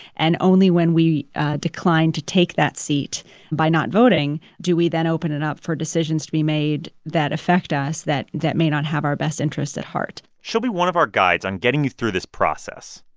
and only when we decline to take that seat by not voting, do we then open it up for decisions to be made that affect us that that may not have our best interests at heart she'll be one of our guides on getting you through this process.